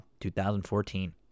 2014